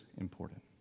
important